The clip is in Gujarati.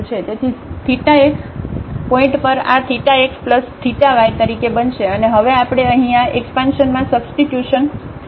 તેથી θxપોઇન્ટ પર આ θx θ y તરીકે બનશે અને હવે આપણે અહીં આ એકસપાનષન માં સબસ્ટ્યુશન કરી શકીએ